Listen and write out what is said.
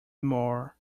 moore